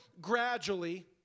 gradually